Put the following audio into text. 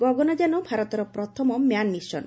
ଗଗନଯାନ ଭାରତର ପ୍ରଥମ man mission